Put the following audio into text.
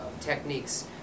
techniques